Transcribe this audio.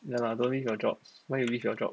ya lah don't leave your job why you leave your job